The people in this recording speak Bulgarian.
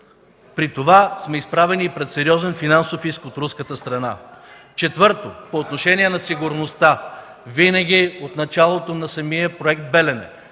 При това сме изправени пред сериозен финансов иск от руската страна. Четвърто, по отношение на сигурността. Винаги от началото на самия Проект „Белене”